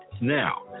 now